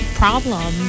problem